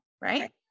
Right